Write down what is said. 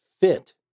fit